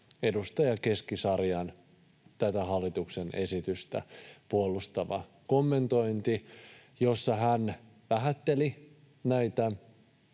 edustaja Keskisarjan hallituksen esitystä puolustava kommentointi, jossa hän vähätteli näitä